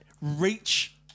reach